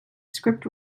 script